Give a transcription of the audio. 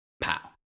Pow